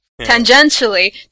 Tangentially